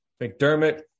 McDermott